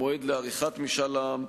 המועד לעריכת משאל עם,